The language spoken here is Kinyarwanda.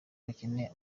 bakeneye